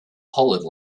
hollered